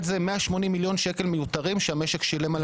זה 180 מיליון שקלים מיותרים שהמשק שילם.